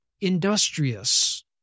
industrious